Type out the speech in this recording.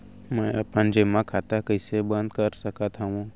मै अपन जेमा खाता कइसे बन्द कर सकत हओं?